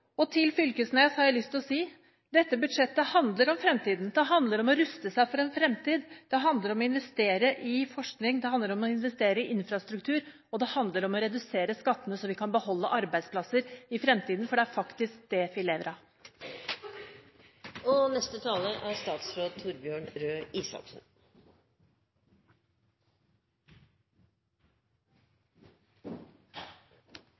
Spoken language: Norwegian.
Til Knag Fylkesnes har jeg lyst til å si: Dette budsjettet handler om fremtiden – det handler om å ruste seg for en fremtid, det handler om å investere i forskning, det handler om å investere i infrastruktur, og det handler om å redusere skattene, slik at vi kan beholde arbeidsplasser i fremtiden, for det er faktisk det vi lever av. Jeg vil si tusen takk for en god debatt og